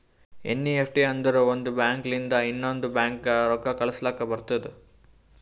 NEFT ಅಂದುರ್ ಒಂದ್ bank ಲಿಂತ ಇನ್ನಾ ಒಂದ್ ಬ್ಯಾಂಕ್ಗ ರೊಕ್ಕಾ ಕಳುಸ್ಲಾಕ್ ಬರ್ತುದ್